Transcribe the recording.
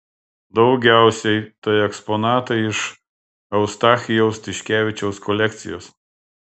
daugiausiai tai eksponatai iš eustachijaus tiškevičiaus kolekcijos